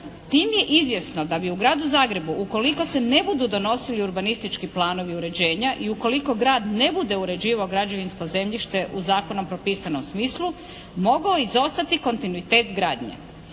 Tim je izvjesno da bi u Gradu Zagrebu ukoliko se ne budu donosili urbanistički planovi uređenja i ukoliko grad ne bude uređivao građevinsko zemljište u zakonom propisanom smislu mogao bi izostati kontinuitet izgradnje.